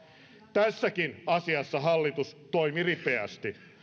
tässäkin asiassa hallitus toimi ripeästi